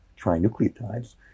trinucleotides